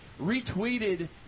retweeted